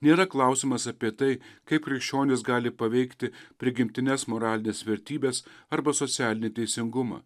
nėra klausimas apie tai kaip krikščionis gali paveikti prigimtines moralines vertybes arba socialinį teisingumą